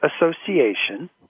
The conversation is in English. association